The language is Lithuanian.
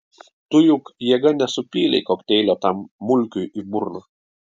tu juk jėga nesupylei kokteilio tam mulkiui į burną